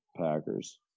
Packers